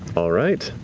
all right.